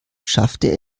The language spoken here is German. schaffte